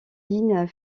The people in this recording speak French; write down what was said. lignes